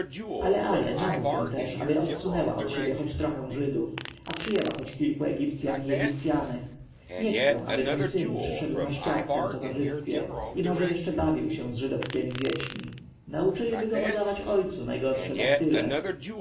ale ale namów ją też aby odsunęła od siebie choć trochę żydów a przyjęła choć kilku egipcjan i egipcjanek nie chcę aby mój syn przyszedł na świat w tem towarzystwie i może jeszcze bawił się z żydowskiemi dziećmi nauczyliby go podawać ojcu najgorsze daktyle